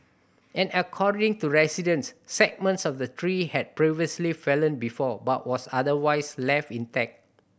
and according to residents segments of the tree had previously fallen before but was otherwise left intact